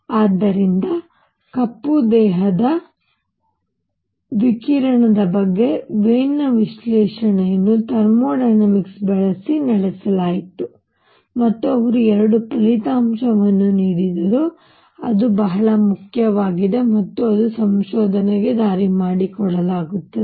ಆದ್ದರಿಂದ ಕಪ್ಪು ದೇಹದ ವಿಕಿರಣದ ಬಗ್ಗೆ ವೀನ್ನ ವಿಶ್ಲೇಷಣೆಯನ್ನು ಥರ್ಮೋ ಡೈನಾಮಿಕ್ಸ್ ಬಳಸಿ ನಡೆಸಲಾಯಿತು ಮತ್ತು ಅವರು 2 ಫಲಿತಾಂಶಗಳನ್ನು ಪಡೆದರು ಅದು ಬಹಳ ಮುಖ್ಯವಾಗಿದೆ ಮತ್ತು ಅದು ಸಂಶೋಧನೆಗೆ ದಾರಿ ಮಾಡಿಕೊಡುತ್ತದೆ